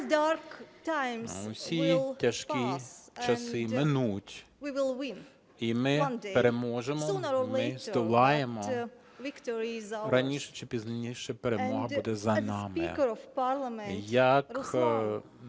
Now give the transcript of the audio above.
Всі тяжкі часи минуть, і ми переможемо, ми здолаємо, раніше чи пізніше перемога буде за нами. Як